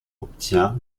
obtient